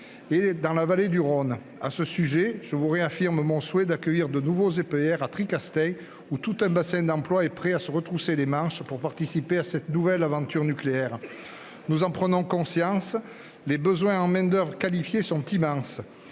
dans la vallée du Rhône. À ce sujet, je réaffirme mon souhait d'accueillir de nouveaux EPR à Tricastin, où tout un bassin d'emploi est prêt à se retrousser les manches pour participer à cette nouvelle aventure nucléaire. Nous en prenons conscience, les besoins en main-d'oeuvre qualifiée sont immenses